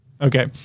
Okay